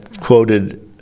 quoted